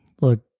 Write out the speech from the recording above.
look